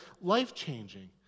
life-changing